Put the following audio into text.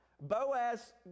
Boaz